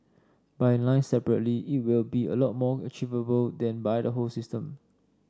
by line separately it will be a lot more achievable than by the whole system